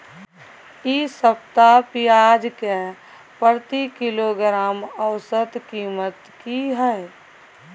इ सप्ताह पियाज के प्रति किलोग्राम औसत कीमत की हय?